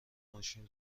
ماشین